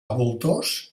voltors